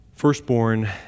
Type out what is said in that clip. Firstborn